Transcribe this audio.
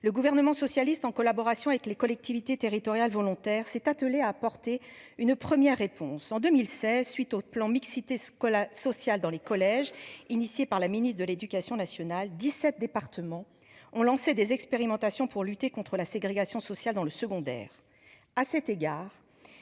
Le gouvernement socialiste en collaboration avec les collectivités territoriales volontaires s'est attelé à apporter une première réponse en 2016 suite au plan mixité Scola social dans les collèges initiée par la ministre de l'Éducation nationale. 17 départements ont lancé des expérimentations pour lutter contre la ségrégation sociale dans le secondaire. À cet égard.